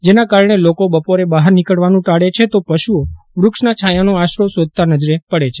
જેના કારણે લોકો બપોરે બહાર નીકળવાનું ટાળે છે તો પશુઓ વૃક્ષના છાંચાનો આશરો શોધતા નજરે પડે છે